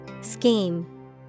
Scheme